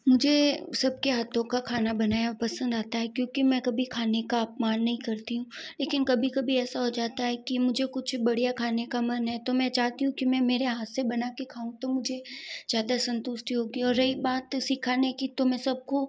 मुझे सबके हाथों का खाना बनाया पसंद आता है क्योंकि मैं कभी खाने का अपमान नहीं करती हूँ लेकिन कभी कभी ऐसा हो जाता है कि मुझे कुछ बढ़िया खाने का मन है तो मैं चाहती हूँ कि मैं मेरे हाथ से बनाके खाऊं तो मुझे ज़्यादा संतुस्टि होगी और रही बात सिखाने की तो मैं सब को